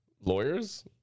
lawyers